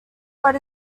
but